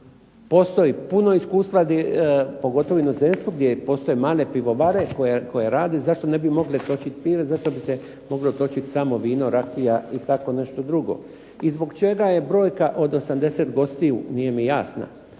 Postoji puno iskustva pogotovo u inozemstvu gdje postoje male pivovare koje rade. Zašto ne bi mogli točit pivo, zašto bi se moglo točit samo vino, rakija i tako nešto drugo. I zbog čega je brojka od 80 gostiju nije mi jasna